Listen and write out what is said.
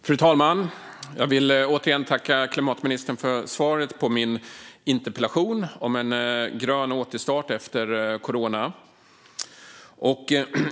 Fru talman! Jag vill tacka klimatministern för svaret på min interpellation om en grön återstart efter corona.